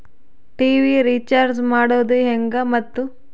TV recharge ಮಾಡೋದು ಹೆಂಗ ಮತ್ತು?